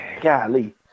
Golly